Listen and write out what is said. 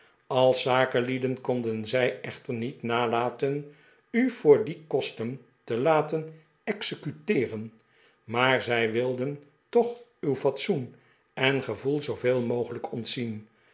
als zakenlieden konden zij echter niet nalaten u voor die kosten te laten executeeren maar zij wilden toch uw fatsoen en gevoel zooveel mogelijk ontzien